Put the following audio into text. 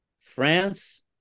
France